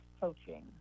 coaching